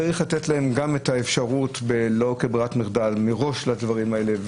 צריך לתת להם גם את האפשרות לא כברירת מחדל אלא מראש לדברים האלה,